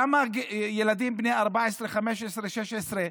למה ילדים בני 14, 15, 16,